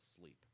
sleep